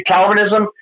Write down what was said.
Calvinism